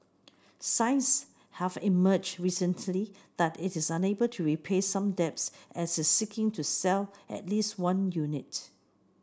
signs have emerged recently that it's unable to repay some debts and is seeking to sell at least one unit